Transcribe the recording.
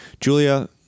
Julia